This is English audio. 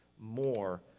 more